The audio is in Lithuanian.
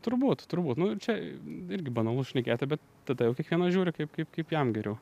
turbūt turbūt nu čia irgi banalu šnekėti bet tada jau kiekvienas žiūri kaip kaip kaip jam geriau